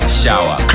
shower